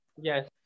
Yes